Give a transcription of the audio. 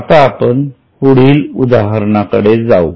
आता आपण पुढील उदाहरणाकडे जाऊ